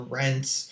rents